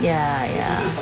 ya ya